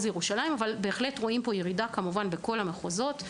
ירושלים אבל בהחלט ניתן לראות ירידה בכל המחוזות.